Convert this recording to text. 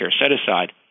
set-aside